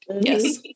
yes